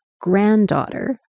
granddaughter